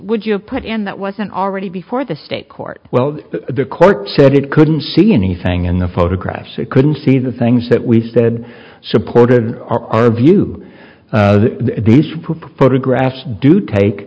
have put in that wasn't already before the state court well the court said it couldn't see anything in the photographs we couldn't see the things that we said supported our view these photographs do take